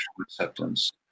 acceptance